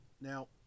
Now